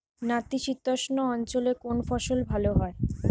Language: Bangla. নাতিশীতোষ্ণ অঞ্চলে কোন ফসল ভালো হয়?